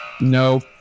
No